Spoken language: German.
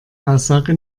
aussage